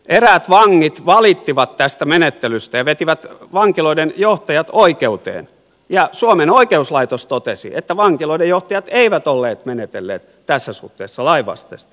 eräät vangit valittivat tästä menettelystä ja vetivät vankiloiden johtajat oikeuteen ja suomen oikeuslaitos totesi että vankiloiden johtajat eivät olleet menetelleet tässä suhteessa lainvastaisesti